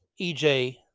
EJ